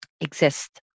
exist